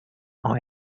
all